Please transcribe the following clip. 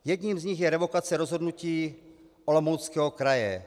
Jedním z nich je revokace rozhodnutí Olomouckého kraje.